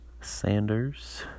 Sanders